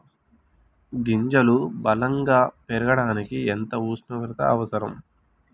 గింజలు బలం గా పెరగడానికి ఎంత ఉష్ణోగ్రత అవసరం?